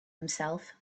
himself